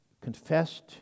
confessed